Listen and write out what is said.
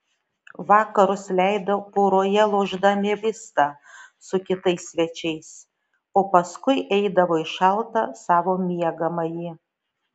vakarus leido poroje lošdami vistą su kitais svečiais o paskui eidavo į šaltą savo miegamąjį